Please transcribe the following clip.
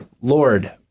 Lord